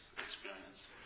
experience